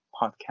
podcast